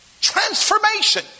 Transformation